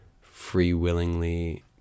free-willingly